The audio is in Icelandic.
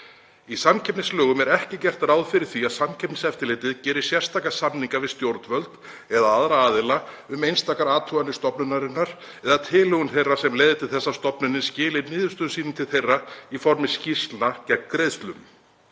„Í samkeppnislögum er ekki gert ráð fyrir því að Samkeppniseftirlitið geri sérstaka samninga við stjórnvöld eða aðra aðila um einstakar athuganir stofnunarinnar eða tilhögun þeirra sem leiði til þess að stofnunin skili niðurstöðum sínum til þeirra í formi skýrslna gegn greiðslum.